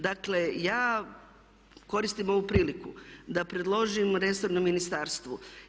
Dakle, ja koristim ovu priliku da predložim resornom ministarstvu.